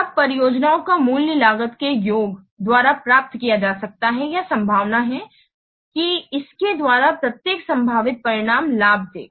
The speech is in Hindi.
तब परियोजनाओं का मूल्य लागत के योग द्वारा प्राप्त किया जाता है या संभावना है की इसके द्वारा प्रत्येक संभावित परिणाम लाभ देगा